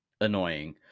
annoying